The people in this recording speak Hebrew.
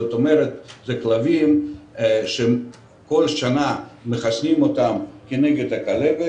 זאת אומרת כלבים שכל שנה מחסנים אותם כנגד הכלבת